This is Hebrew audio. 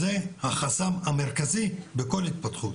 זה החסם המרכזי בכל התפתחות.